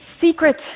secret